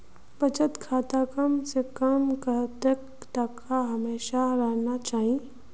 बचत खातात कम से कम कतेक टका हमेशा रहना चही?